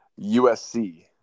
USC